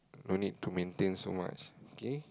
no need to maintain so much okay